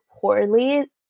poorly